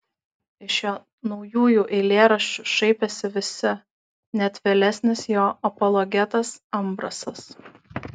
iš jo naujųjų eilėraščių šaipėsi visi net vėlesnis jo apologetas ambrasas